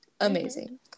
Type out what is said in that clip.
Amazing